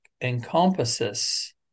encompasses